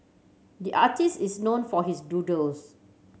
the artist is known for his doodles